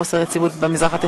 לכל הסדר.